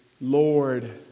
Lord